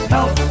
Help